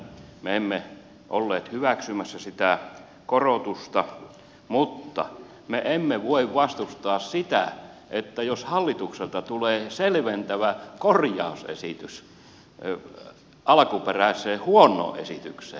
me emme olleet hyväksymässä sitä korotusta mutta me emme voi vastustaa sitä että hallitukselta tulee selventävä korjausesitys alkuperäiseen huonoon esitykseen